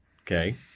Okay